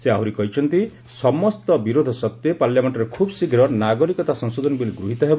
ସେ ଆହୁରି କହିଛନ୍ତି ସମସ୍ତ ବିରୋଧ ସତ୍ତ୍ୱେ ପାର୍ଲାମେଣ୍ଟରେ ଖୁବ୍ ଶୀଘ୍ର ନାଗରିକତା ସଂଶୋଧନ ବିଲ୍ ଗୃହିତ ହେବ